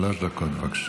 שלוש דקות, בבקשה.